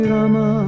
Rama